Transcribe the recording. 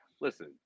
listen